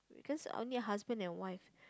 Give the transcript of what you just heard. because only husband and wife